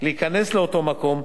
להיכנס לאותו מקום,